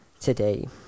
today